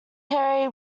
hairy